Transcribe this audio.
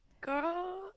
Girl